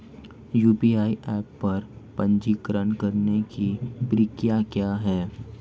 UPI app पर पंजीकरण करने की प्रक्रिया क्या है?